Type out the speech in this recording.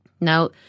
Now